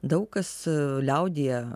daug kas liaudyje